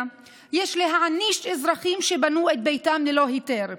יש להעניש אזרחים שבנו את ביתם ללא היתר.